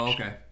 Okay